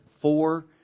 four